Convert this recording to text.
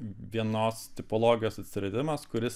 vienos tipologijos atsiradimas kuris